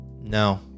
No